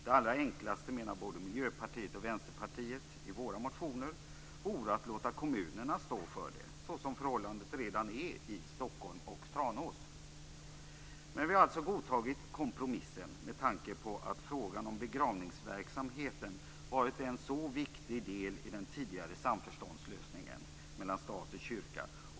Det allra enklaste vore, menar både vi i Miljöpartiet och Vänsterpartiet i våra motioner, att låta kommunerna stå för det, så som förhållandet redan är i Stockholm och Tranås. Men vi har alltså godtagit kompromissen med tanke på att frågan om begravningsverksamheten varit en så viktig del i den tidigare samförståndslösningen mellan stat och kyrka.